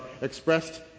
expressed